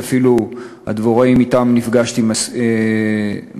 ואפילו הדבוראים שאתם נפגשתי מסכימים.